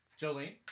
Jolene